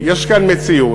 יש כאן מציאות,